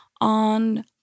on